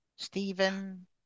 Stephen